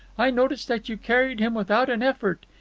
i noticed that you carried him without an effort.